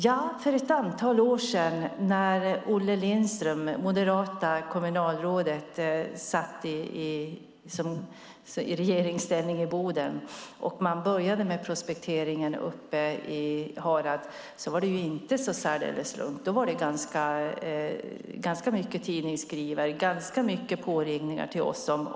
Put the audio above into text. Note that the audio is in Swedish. När det moderata kommunalrådet Olle Lindström för ett antal år sedan satt i regeringsställning i Boden och det påbörjades prospektering var det inte särdeles lugnt. Då var det mycket tidningsskriverier och många påringningar till oss.